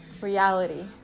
reality